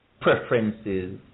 preferences